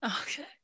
Okay